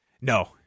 no